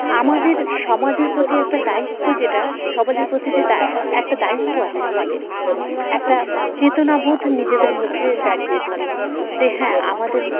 আমাদের সমাজের প্রতি একটা দায়িত্ব যেটা সমাজের প্রতি যে একটা দায়িত্ব আছে আমাদের একটা চেতনাবোধ নিজেদের মধ্যে জাগিয়ে তোলে যে হ্যাঁ আমাদের